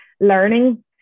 learning